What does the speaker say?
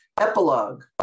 Epilogue